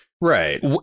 right